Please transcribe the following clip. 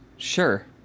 Sure